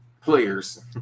players